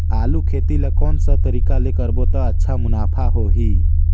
आलू खेती ला कोन सा तरीका ले करबो त अच्छा मुनाफा होही?